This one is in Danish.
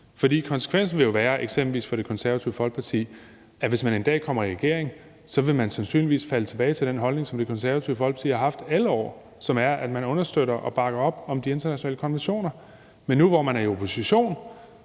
for konsekvensen vil jo være, eksempelvis for Det Konservative Folkeparti, at hvis man en dag kommer i regering, vil man sandsynligvis falde tilbage til den holdning, som Det Konservative Folkeparti har haft alle år, som er, at man understøtter og bakker op om de internationale konventioner. Men nu, hvor man er i opposition,